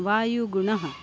वायुगुणः